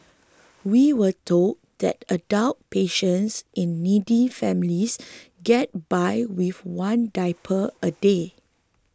we were told that adult patients in needy families get by with one diaper a day